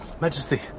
Majesty